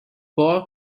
بار